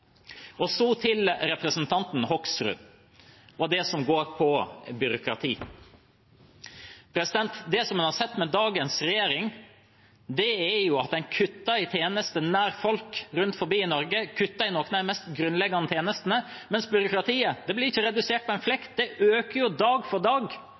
Til representanten Hoksrud og det som går på byråkrati: Det man har sett med dagens regjering, er at man kutter i tjenestene nær folk rundt om i Norge. Man kutter i de mest grunnleggende tjenestene, mens byråkratiet ikke blir redusert det grann. Det øker dag for dag